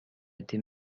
été